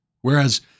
Whereas